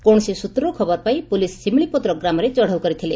କୌଣସି ସୁତ୍ରରୁ ଖବର ପାଇ ପୋଲିସ ସିମିଳିପଦର ଗ୍ରାମରେ ଚଢ଼ଉ କରିଥିଲେ